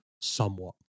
somewhat